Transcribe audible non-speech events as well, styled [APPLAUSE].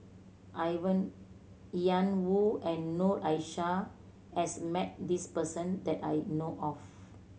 [UNINTELLIGIBLE] Ian Woo and Noor Aishah has met this person that I know of